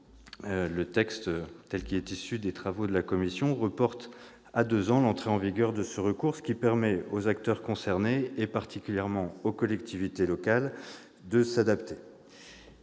le texte issu des travaux de la commission reporte à deux ans l'entrée en vigueur de ce recours, ce qui permet aux acteurs concernés, particulièrement aux collectivités locales, de s'adapter.